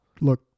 Look